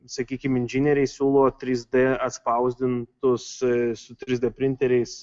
sakykim inžinieriai siūlo trys d atspausdintus su trys d printeriais